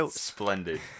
Splendid